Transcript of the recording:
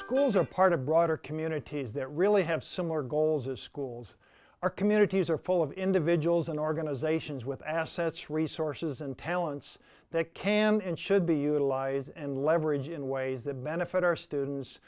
schools are part of a broader community is that really have similar goals as schools or communities are full of individuals and organizations with assets resources and talents that can and should be utilize and leverage in ways that benefit our students